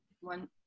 one